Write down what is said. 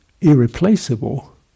irreplaceable